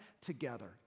together